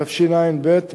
בתשע"ב,